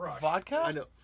Vodka